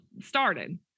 started